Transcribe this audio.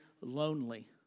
lonely